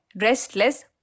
restless